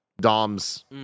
Dom's –